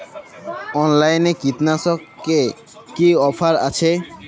অনলাইনে কীটনাশকে কি অফার আছে?